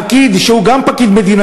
פקיד שהוא גם פקיד מדינה,